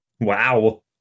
Wow